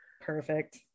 Perfect